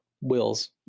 wills